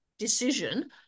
Decision